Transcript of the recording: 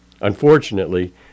Unfortunately